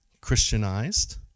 Christianized